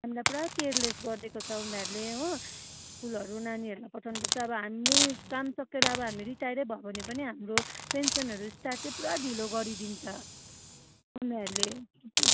हामीलाई पुरा केयरलेस गरेको छ उनीहरूले हो स्कुलहरू नानीहरूलाई पठाउनुपर्छ अब हाम्रै काम सकिएर अब हामी रिटायरै भयो भने पनि हाम्रो पेन्सनहरू स्टार्टै पुरा ढिलो गरिदिन्छ उनीहरूले